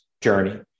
journey